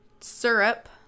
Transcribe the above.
syrup